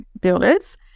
builders